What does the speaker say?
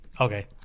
Okay